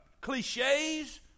cliches